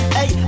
Hey